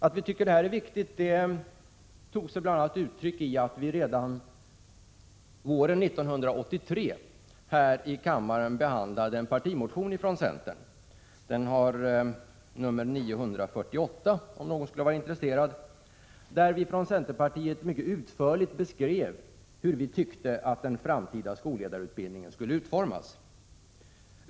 Den vikt vi fäster vid denna fråga tog sig bl.a. uttryck i att redan våren 1983 behandlades här i kammaren en partimotion från centern — den har nr 948 om någon skulle vara intresserad — där vi i centerpartiet utförligt beskrev hur vi tyckte att den framtida skolledarutbildningen skulle utformas.